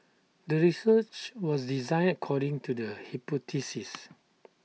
the research was designed according to the hypothesis